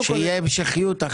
שתהיה המשכיות.